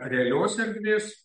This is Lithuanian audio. realios erdvės